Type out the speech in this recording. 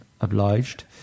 obliged